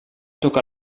tocar